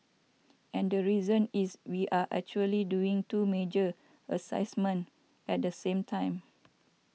and the reason is we are actually doing two major assignments at the same time